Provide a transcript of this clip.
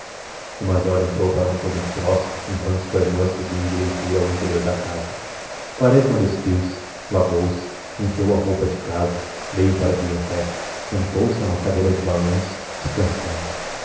o major entrou para um aposento próximo enquanto sua irmã seguia em direitura ao interior da casa quaresma despiu-se lavou-se enfiou a roupa de casa veio para a biblioteca sentou-se a uma cadeira de balanço descansando